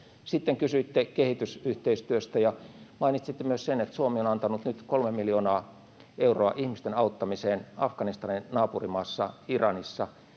Sitten kysyitte kehitysyhteistyöstä ja mainitsitte myös sen, että Suomi on antanut nyt 3 miljoonaa euroa ihmisten auttamiseen Afganistanin naapurimaassa Iranissa